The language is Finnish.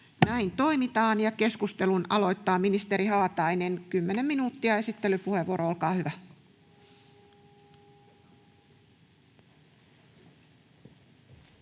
Näin toimitaan. — Ministeri Haatainen, 10 minuuttia, esittelypuheenvuoro. Olkaa hyvä.